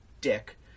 dick